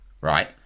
Right